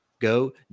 go